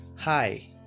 Hi